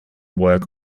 work